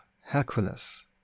Hercules